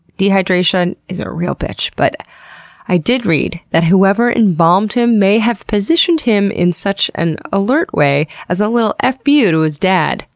dehydration is a real bitch, but i did read that whoever embalmed him may have positioned him in such an alert way as a little f u. to his dad,